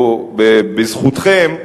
או בזכותכם,